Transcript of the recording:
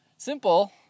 Simple